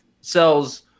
sells